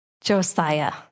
Josiah